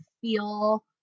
feel